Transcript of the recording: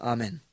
Amen